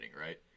right